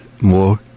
more